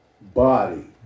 body